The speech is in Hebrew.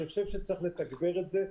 אני חושב שצריך לתגבר את זה.